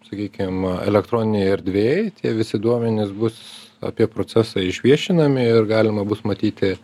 sakykim a elektroninėj erdvėj tie visi duomenys bus apie procesą išviešinami ir galima bus matyti